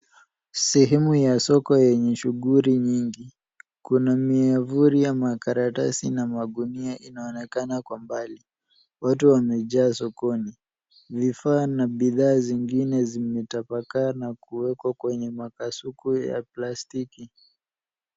Sehemu ya soko yenye shughuli nyingi, kuna miavuli ya makaratasi na magunia inaonekana kwa mbali. Watu wamejaa sokoni, vifaa na bidhaa zingine zimetapakaa na kuwekwa kwenye makasuku ya plastiki.